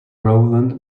roland